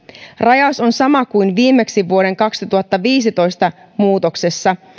rajaus on sama kuin viimeksi vuoden kaksituhattaviisitoista muutoksessa